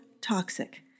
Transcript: toxic